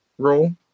Roll